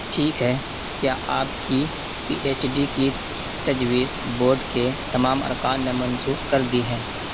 ٹھیک ہے کیا آپ کی پی ایچ ڈی کی تجویز بورڈ کے تمام ارکان نے منظور کر دی ہے